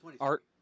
Art